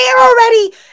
already